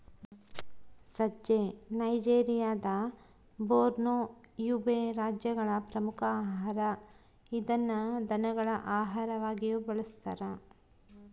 ಸಜ್ಜೆ ನೈಜೆರಿಯಾದ Borno, Yobe ರಾಜ್ಯಗಳ ಪ್ರಮುಖ ಆಹಾರ ಇದನ್ನು ದನಗಳ ಆಹಾರವಾಗಿಯೂ ಬಳಸ್ತಾರ